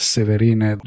Severine